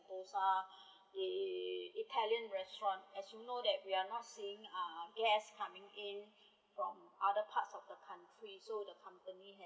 i~ italian restaurant as you know that we are not seeing uh guest coming in from other parts of the country so the company had